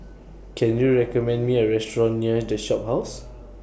Can YOU recommend Me A Restaurant near The Shophouse